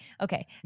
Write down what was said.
okay